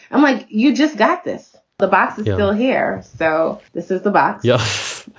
i'm like, you just got this the basketball here. so this is the box yeah.